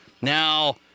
Now